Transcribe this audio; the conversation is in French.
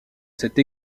cette